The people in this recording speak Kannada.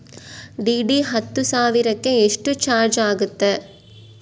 ಡಿ.ಡಿ ಹತ್ತು ಸಾವಿರಕ್ಕೆ ಎಷ್ಟು ಚಾಜ್೯ ಆಗತ್ತೆ?